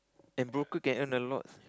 and broker can earn a lot